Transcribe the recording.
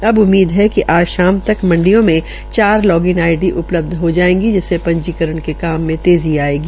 अब उम्मीद है कि आज शाम तक मंडिया में चार लॉग इन आईडी उपलब्ध हो जायेगी जिससे पंजीकरण का काम तेज़ी आयेगी